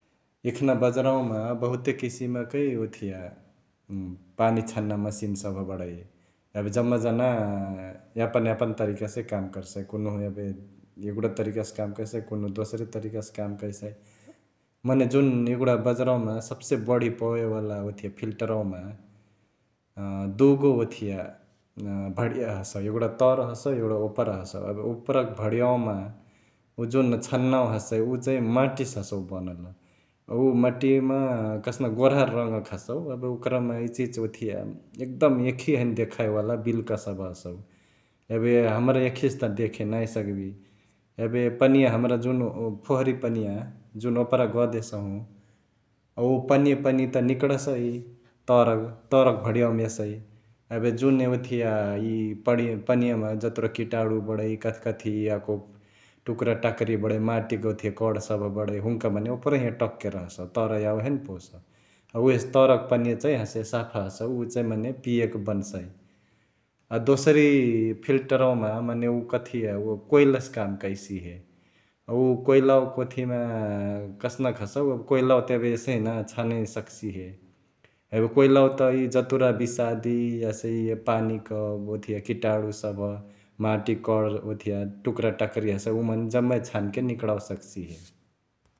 एखना बजरावामा बहुते किसिमकै ओथिया पानी छान्ना मसिन सभ बडै एबे जम्मा जना यापन यापन तरिका से काम करसई, कुन्हु एबे एगुडा तरिका से काम करसई कुन्हु दोसरे तरिका से काम करसई । मने जुन एगुडा बजरावामा सब्से बढी पोवावे वाला ओथिया फिल्टरवामा अ दुगो ओथिया भडिया हसौ । एगुडा तर हसौ ,एगुडा ओपरा हसौ एबे ओपरक भढियावामा उ जुन छन्नावा हसै उ चैं माटी से हसौ बनल । उ मटियामा कसनक गोरहर रङ्गक हसौ एबे ओकरमा इचहिची ओथिया एकदम यांखिया हैने देखाएवाला बिलुका सभ हसउ । एबे हमरा यांखिसे त देखे नांही सकबी । एबे पनिया हमरा जुन फोहरी पनिया जुन ओपरा गह देसहु उ पनिया पनिया त निकडसई तर तरक भडियावामा यसई । एबे जुने ओथिया इअ पनियामा जतुरा किटाणु बडै कथिकथी याको टुकुराटाक्री बडै, माटिक ओथिया कण सभ बडै हुन्का मने ओपरही एंटकके रहसउ तर यावे हैने पोउसउ । उहेसे तरक पनिया चैं हसे साफा हसौ उ चांही मने पियके बनसई । अ दोसरी फिल्टरवामा मने उ कथिया उ कोयला से काम करसिहे । उ कोयलावाक ओथिया मा कसनक हसै एबे कोयलवा त एबे एसही ना छाने सक्सिहे । एबे कोयलावा त इ जतुरा बिशादी हसे इअ पानीक ओथिया किटणु सभ माटिक कण ओथिया टुक्राटाक्री हसै उ मने जमै छानके निकडावे सक्सिहे ।